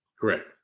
Correct